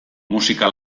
musika